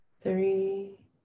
three